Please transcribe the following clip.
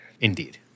Indeed